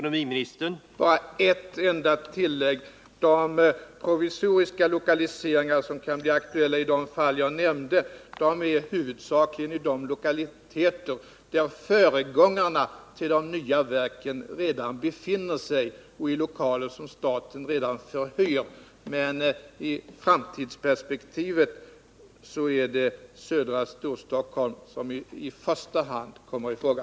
Herr talman! Bara ett enda tillägg: De provisoriska lokaliseringar som kan bli aktuella i de fall jag nämnde gäller huvudsakligen lokaliteter där föregångarna till de nya verken redan befinner sig och lokaler som staten redan förhyr. Men i framtidsperspektivet är det södra Storstockholm som i första hand kommer i fråga.